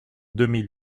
demi